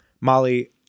Molly